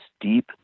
deep